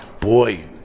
Boy